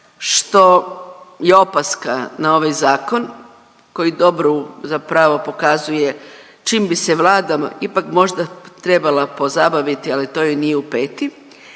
što je opaska na ovaj zakon koji dobro zapravo pokazuje čim bi se Vlada ipak možda treba pozabaviti, ali to joj nije u peti.